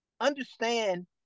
understand